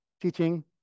teaching